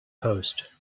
post